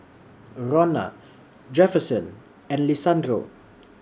Ronna Jefferson and Lisandro